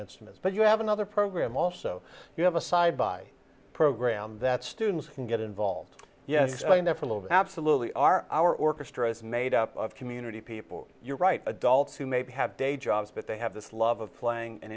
instruments but you have another program also you have a side by program that students can get involved yes absolutely are our orchestras made up of community people you write adults who maybe have day jobs but they have this love of playing an